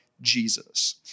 Jesus